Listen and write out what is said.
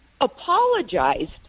apologized